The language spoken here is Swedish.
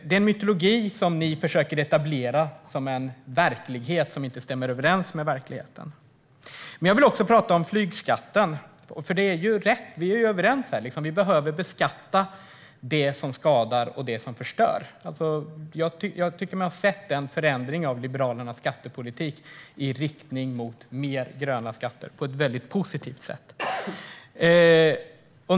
Det är en mytologi som ni försöker etablera som en verklighet men som inte stämmer överens med verkligheten. Jag vill också prata om flygskatten. Vi är ju överens om att vi behöver beskatta det som skadar och förstör. Jag tycker mig ha sett en förändring i Liberalernas skattepolitik i riktning mot mer gröna skatter, vilket är positivt.